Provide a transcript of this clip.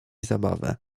zabawę